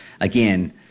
Again